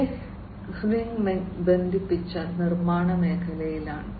ഗെഹ്റിംഗ് ബന്ധിപ്പിച്ച നിർമ്മാണ മേഖലയിലാണ്